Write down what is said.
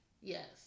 Yes